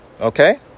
Okay